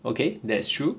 okay that's true